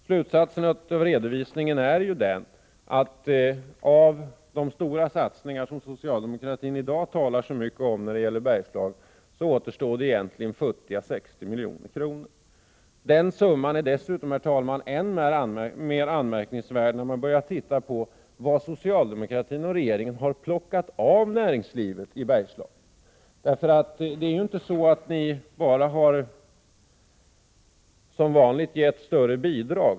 Slutsatsen av redovisningen är följande: Av de stora satsningar i Bergslagen som socialdemokratin i dag talar så mycket om återstår egentligen futtiga 60 milj.kr. Den summan, herr talman, är än mer anmärkningsvärd när man börjar titta på vad socialdemokratin och regeringen har plockat av näringslivet i Bergslagen. Ni har ju inte bara, som vanligt, gett större bidrag.